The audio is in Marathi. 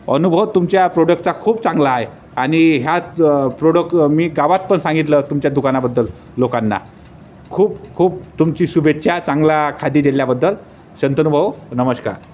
अनुभव तुमच्या प्रोडक्टचा खूप चांगला आहे आणि ह्याच प्रोडक्ट मी गावात पण सांगितलं तुमच्या दुकानाबद्दल लोकांना खूप खूप तुमची शुभेच्छा चांगला खादी दिल्याबद्दल संतनुभाऊ नमश्कार